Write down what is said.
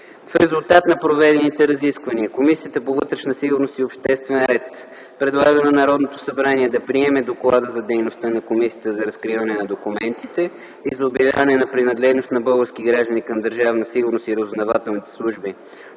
В резултат на проведените разисквания Комисията по вътрешна сигурност и обществен ред предлага на Народното събрание да приеме Доклада за дейността на комисията за разкриване на документите и за обявяване на принадлежност на български граждани към Държавна сигурност и разузнавателните служби